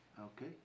Okay